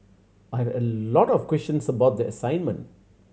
I have a lot of questions about the assignment